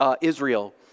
Israel